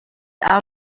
out